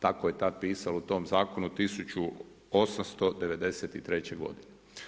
Tako je tad pisalo u tom zakonu 1893. godine.